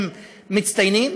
הם מצטיינים,